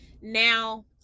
Now